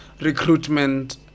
recruitment